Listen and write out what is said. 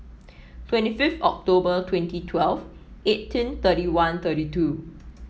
twenty fifth October twenty twelve eighteen thirty one thirty two